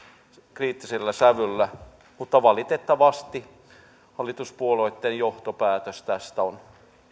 kriittisellä sävyllä mutta valitettavasti hallituspuolueitten johtopäätös tästä on